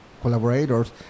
collaborators